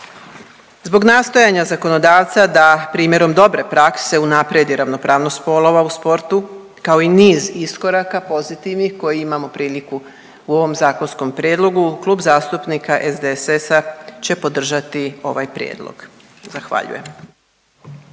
Zbog nastojanja zakonodavca da primjerom dobre prakse unaprijedi ravnopravnost spolova u sportu kao i niz iskoraka pozitivnih koje imamo priliku u ovom zakonskom prijedlogu Klub zastupnika SDSS-a će podržati ovaj prijedlog. Zahvaljujem.